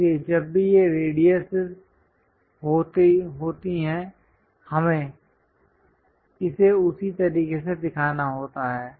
इसलिए जब भी ये रेडियसिस होती हैं हमें इसे उसी तरीके से दिखाना होता है